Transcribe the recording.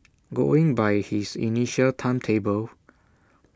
going by his initial timetable